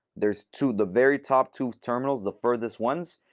there's two the very top two terminals, the furthest ones.